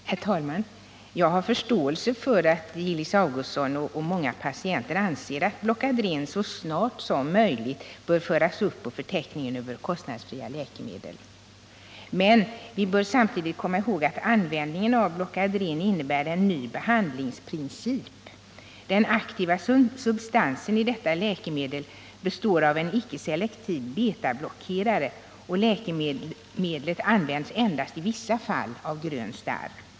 Herr talman! Jag har förståelse för att Gillis Augustsson och många patienter anser att Blocadren så snart som möjligt bör föras upp på förteckningen över kostnadsfria läkemedel. Men vi bör samtidigt komma ihåg att användningen av Blocadren innebär en ny behandlingsprincip. Den aktiva substansen i detta läkemedel består av en icke selektiv betablockerare, och läkemedlet används endast i vissa fall av grön starr.